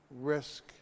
Risk